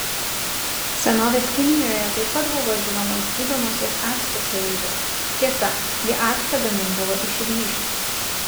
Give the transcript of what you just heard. senovės kinijoje taip pat buvo žinomos gydomosios acto savybės tiesa jie actą gamindavo iš ryžių